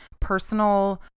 personal